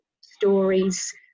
stories